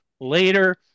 later